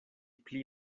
pli